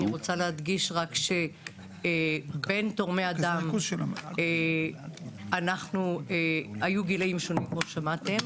אני רק רוצה להדגיש שבין תורמי הדם היו גילאים שונים כמו ששמעתם,